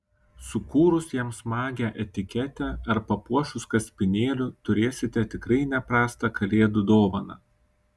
sukūrus jam smagią etiketę ar papuošus kaspinėliu turėsite tikrai ne prastą kalėdų dovaną